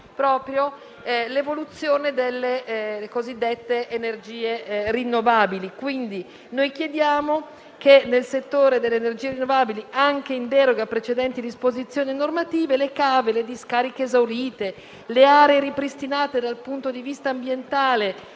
proprio l'evoluzione delle cosiddette energie rinnovabili. Chiediamo quindi che nel settore delle energie rinnovabili, anche in deroga a precedenti disposizioni normative, le cave, le discariche esaurite, le aree ripristinate dal punto di vista ambientale,